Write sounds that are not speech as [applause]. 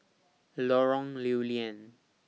[noise] Lorong Lew Lian